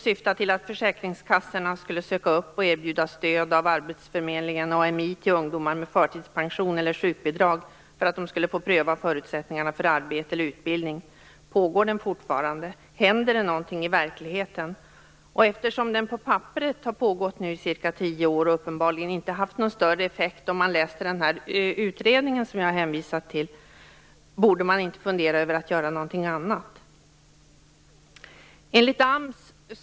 Syftet var ju att försäkringskassorna skulle söka upp och erbjuda stöd av arbetsförmedlingarna/AMI till ungdomar med förtidspension eller sjukbidrag för att de skulle få pröva förutsättningarna för ett arbete eller en utbildning. Händer det någonting i verkligheten? Eftersom den på papperet har pågått i nästan tio år och uppenbarligen inte haft någon större effekt enligt vad som kan läsas i den utredning som jag hänvisat till frågar jag: Borde man inte fundera över att göra någonting annat?